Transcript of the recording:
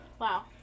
Wow